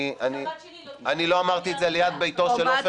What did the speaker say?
אני לא אמרתי את זה ליד ביתו של עופר כסיף.